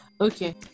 okay